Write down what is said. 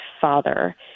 father